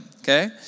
okay